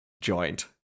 joint